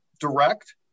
direct